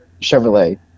chevrolet